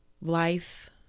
life